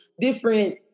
different